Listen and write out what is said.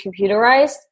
computerized